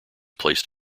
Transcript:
placed